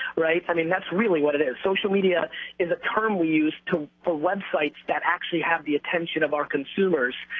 right? i mean that's really what it is. social media is a term we use for websites that actually have the attention of our consumers.